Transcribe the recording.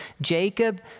Jacob